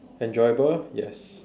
enjoyable yes